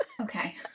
Okay